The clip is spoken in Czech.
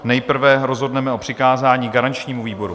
Nejprve rozhodneme o přikázání garančnímu výboru.